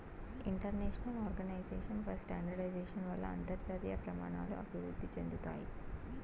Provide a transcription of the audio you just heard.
international Organisation for Standardisation వల్ల అంతర్జాతీయ ప్రమాణాలు అభివృద్ధి చెందుతాయి